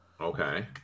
Okay